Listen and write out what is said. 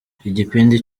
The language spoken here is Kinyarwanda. igipindi